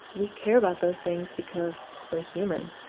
we care about those things because we're human.